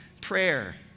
prayer